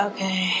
Okay